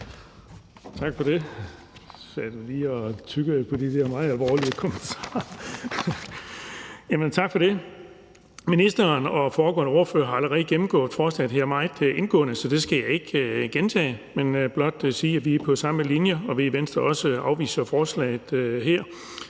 Ministeren og de foregående ordførere har allerede gennemgået forslaget her meget indgående, så det skal jeg ikke gentage, men blot sige, at vi er på samme linje, og at vi i Venstre også afviser forslaget med